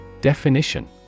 Definition